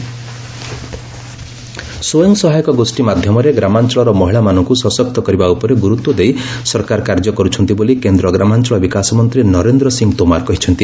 ତୋମାର ସରସ ସ୍ୱୟଂସହାୟକ ଗୋଷ୍ଠୀ ମାଧ୍ୟମରେ ଗ୍ରାମାଞ୍ଚଳର ମହିଳାମାନଙ୍କୁ ସଶକ୍ତ କରିବା ଉପରେ ଗୁରୁତ୍ୱ ଦେଇ ସରକାର କାର୍ଯ୍ୟ କରୁଛନ୍ତି ବୋଲି କେନ୍ଦ୍ର ଗ୍ରାମାଞ୍ଚଳ ବିକାଶ ମନ୍ତ୍ରୀ ନରେନ୍ଦ୍ର ସିଂ ତୋମାର କହିଛନ୍ତି